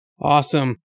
Awesome